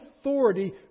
authority